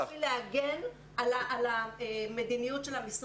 אנחנו כאן גם בשביל להגן על המדיניות של משרד